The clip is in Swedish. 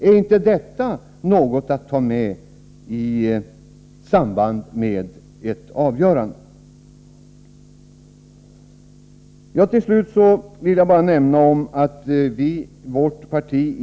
Är inte detta något att ta hänsyn till i samband med ett avgörande?